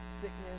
sickness